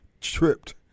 tripped